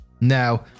Now